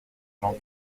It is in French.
jean